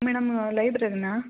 madam ಲೈಬ್ರರಿಯಾ